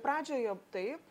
pradžioje taip